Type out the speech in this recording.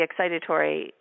excitatory